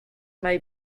may